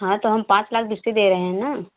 हाँ तो हम पाँच लाख दे रहे हैं ना